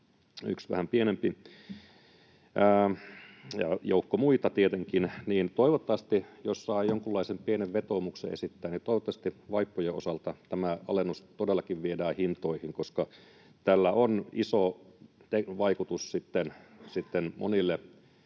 yksi vähän pienempi ja joukko muita tietenkin — niin jos saa jonkunlaisen pienen vetoomuksen esittää, niin toivottavasti vaippojen osalta tämä alennus todellakin viedään hintoihin, koska tällä on iso vaikutus sitten